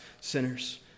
sinners